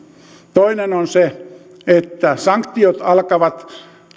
toinen on se että sanktiot alkavat